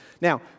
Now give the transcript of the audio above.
Now